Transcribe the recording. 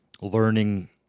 learning